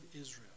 Israel